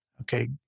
okay